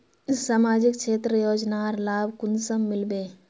सामाजिक क्षेत्र योजनार लाभ कुंसम मिलबे?